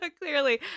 Clearly